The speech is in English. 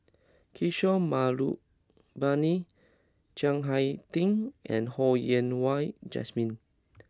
Kishore Mahbubani Chiang Hai Ding and Ho Yen Wah Jesmine